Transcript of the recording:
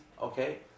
Okay